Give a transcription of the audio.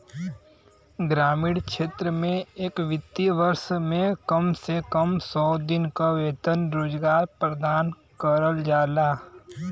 ग्रामीण क्षेत्र में एक वित्तीय वर्ष में कम से कम सौ दिन क वेतन रोजगार प्रदान करल जाला